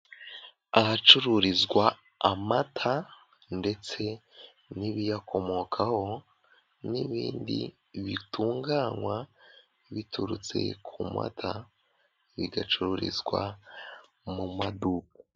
Ahacururizwa amata ndetse n'ibiyakomokaho n'ibindi bitunganywa biturutse ku mata bigacururizwa mu maduka.